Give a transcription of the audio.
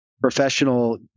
professional